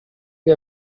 gli